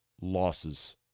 losses